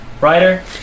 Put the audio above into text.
writer